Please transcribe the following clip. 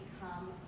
become